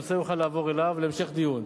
הנושא יוכל לעבור אליו להמשך דיון,